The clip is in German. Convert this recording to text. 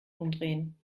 umdrehen